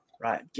right